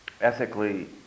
ethically